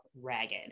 ragged